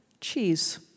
cheese